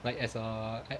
like as a